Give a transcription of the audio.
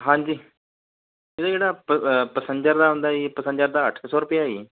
ਹਾਂਜੀ ਇਹਦਾ ਜਿਹੜਾ ਪ ਪੇਸੈਂਜਰ ਦਾ ਹੁੰਦਾ ਜੀ ਪੈਸੰਜਰ ਦਾ ਅੱਠ ਕੁ ਸੌ ਰੁਪਇਆ ਜੀ